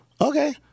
okay